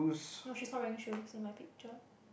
no she is not wearing shoes in my picture